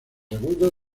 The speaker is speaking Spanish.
agudo